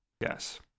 Yes